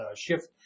shift